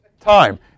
time